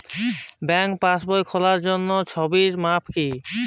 ব্যাঙ্কে পাসবই খোলার জন্য ছবির মাপ কী?